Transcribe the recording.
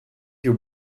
your